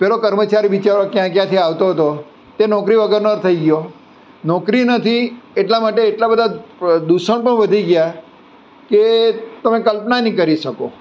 પેલો કર્મચારી બિચારો ક્યાં ક્યાંથી આવતો હતો તે નોકરી વગરનો થઈ ગયો નોકરી નથી એટલા માટે એટલા બધા પ્ર દૂષણ પણ વધી ગ્યાં કે તમે કલ્પના નહિ કરી શકો